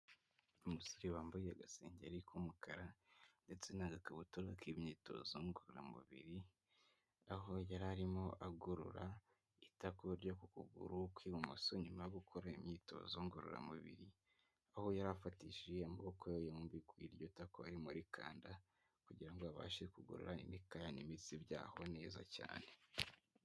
Umusore wambaye agasengeri k'umukara ndetse n'agakabutura k'imyitozo ngororamubiri, aho yari arimo agorora itako ryo ku kuguru kw'ibumoso, nyuma yo gukora imyitozo ngororamubiri. Aho yari afatishije amaboko ye yombi kui iryo tako arimo arikanda kugira ngo abashe kugira ngo abashe kugorora imikaya n'imitsi byaho neza cyane.